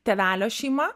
tėvelio šeima